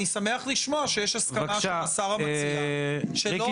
אני שמח לשמוע שיש הסכמה של השר המציע שלא